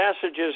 passages